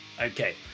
okay